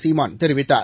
சீமான் தெரிவித்தார்